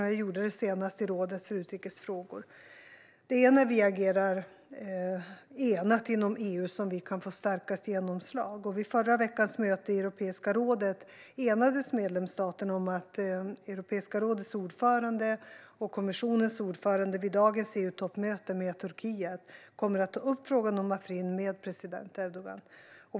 Det gjorde jag senast i rådet för utrikes frågor. Det är när vi agerar enat inom EU som vi kan få starkast genomslag. Vid förra veckans möte i Europeiska rådet enades medlemsstaterna om att Europeiska rådets ordförande och kommissionens ordförande vid dagens EU-toppmöte med Turkiet ska ta upp frågan om Afrin med president Erdogan.